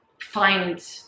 find